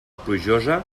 plujosa